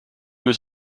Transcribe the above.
was